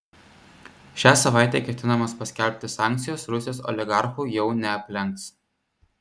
šią savaitę ketinamos paskelbti sankcijos rusijos oligarchų jau neaplenks